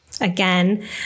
again